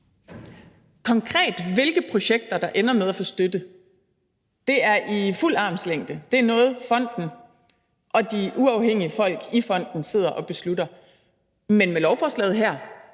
Hvilke projekter, der konkret ender med at få støtte, er i fuld armslængde. Det er noget, fonden og de uafhængige folk i fonden sidder og beslutter. Men med lovforslaget her